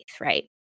right